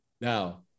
Now